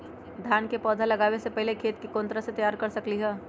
धान के पौधा लगाबे से पहिले खेत के कोन तरह से तैयार कर सकली ह?